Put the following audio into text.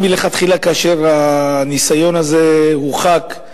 מלכתחילה, כאשר הניסיון הזה חוקק,